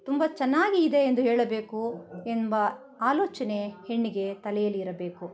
ತುಂಬ ಚೆನ್ನಾಗಿ ಇದೆ ಎಂದು ಹೇಳಬೇಕು ಎಂಬ ಆಲೋಚನೆ ಹೆಣ್ಣಿಗೆ ತಲೆಯಲ್ಲಿರಬೇಕು